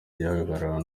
gihagararo